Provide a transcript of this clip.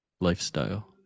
lifestyle